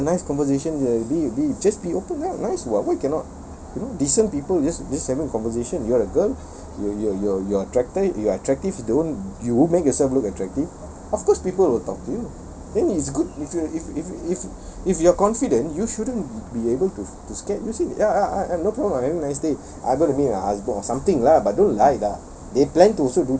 come on lah people have a nice conversation be be just be open lah nice [what] why cannot you know decent people just just having a conversation you are a girl you're you're you're you're attracted you're attractive don't you make yourself look attractive of course people will talk to you then it's good if you if if if if you're confident you shouldn't be able to to scared you see ya no problem have a nice day I'm going to meet my husband or something lah but don't lie lah